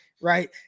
Right